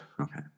okay